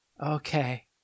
Okay